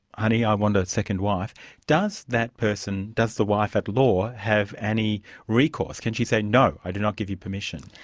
honey, i want a second wife does that person, does the wife, at law, have any recourse? can she say, no, i do not give you permission.